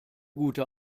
gute